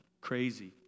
crazy